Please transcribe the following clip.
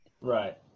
Right